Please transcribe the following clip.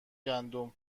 گندم